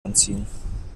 anziehen